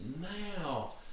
Now